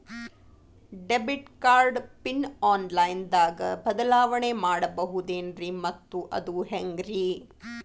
Debit card PIN online ದಾಗ ಬದಲಾವಣೆ ಮಾಡಬಹುದೇನ್ರಿ ಮತ್ತು ಅದು ಹೆಂಗ್ರಿ?